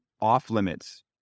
off-limits